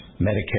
Medicare